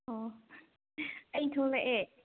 ꯑꯣ ꯑꯩ ꯊꯣꯛꯂꯛꯑꯦ